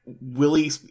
willie